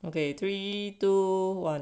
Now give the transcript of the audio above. okay three two one